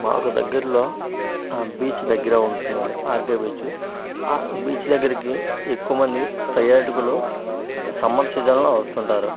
మాకు దగ్గరలో ఆ బీచ్ దగ్గర ఉంటుంది అండి ఆర్కే బీచు ఆ బీచ్ దగ్గరకి ఎక్కువ మంది పర్యాటకులు సమ్మర్ సీజన్లో వస్తుంటారు